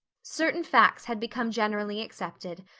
certain facts had become generally accepted.